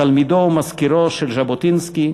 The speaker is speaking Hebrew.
תלמידו ומזכירו של ז'בוטינסקי,